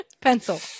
Pencil